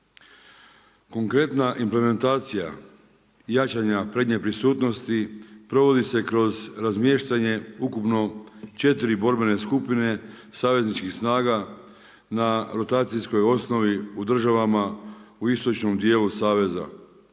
Konkretna implementacija jačanja prednje prisutnosti provodi se kroz razmještanje ukupno četiri borbene skupine savezničkih snaga na rotacijskoj osnovi u državama u istočnom dijelu saveza,